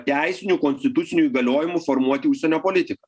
teisinių konstitucinių įgaliojimų formuoti užsienio politiką